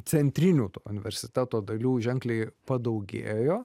centrinių universiteto dalių ženkliai padaugėjo